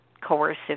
coercive